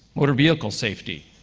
motor vehicle safety,